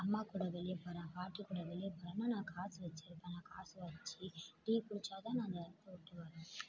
அம்மா கூட வெளியே போகிறேன் பாட்டி கூட வெளியே போகிறேன்னா நான் காசு வச்சுருபேன் நான் காசு வச்சு டீ குடித்தாதான் நான் அந்த இடத்தை விட்டே வருவேன்